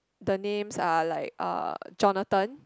the names are like uh Jonathan